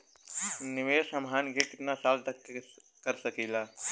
निवेश हमहन के कितना साल तक के सकीलाजा?